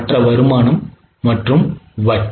மற்ற வருமானம் மற்றும் வட்டி